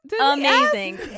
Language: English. Amazing